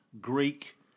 Greek